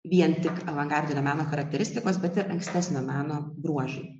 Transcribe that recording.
vien tik avangardinio meno charakteristikos bet ir ankstesnio meno bruožai